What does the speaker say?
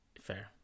Fair